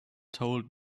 told